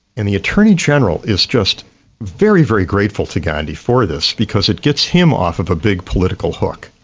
and the attorney-general is just very, very grateful to gandhi for this, because it gets him off of a big political hook,